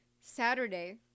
Saturday